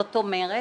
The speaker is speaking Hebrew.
זאת אומרת,